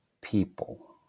people